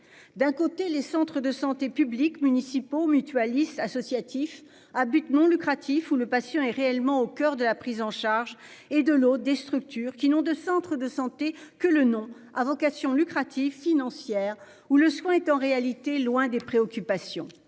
d'un côté les centres de santé publics municipaux mutualiste, associatif, à but non lucratif où le patient est réellement au coeur de la prise en charge et de l'eau, des structures qui ont de centres de santé que le nom à vocation lucrative financière ou le ce qu'on est en réalité loin des préoccupations